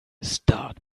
start